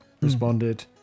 responded